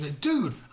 Dude